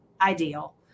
ideal